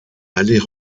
aller